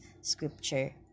scripture